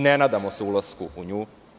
Ne nadamo se ulasku u nju.